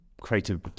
creative